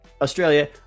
Australia